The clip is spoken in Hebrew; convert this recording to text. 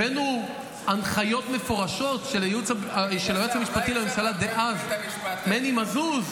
הבאנו הנחיות מפורשות של היועץ המשפטי לממשלה דאז מני מזוז.